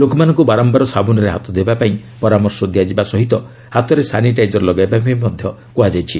ଲୋକମାନଙ୍କୁ ବାରମ୍ଭାର ସାବୁନ୍ରେ ହାତ ଧୋଇବାପାଇଁ ପରାମର୍ଶ ଦିଆଯିବା ସହ ହାତରେ ସାନିଟାଇଜର୍ ଲଗାଇବାପାଇଁ ମଧ୍ୟ କୁହାଯାଉଛି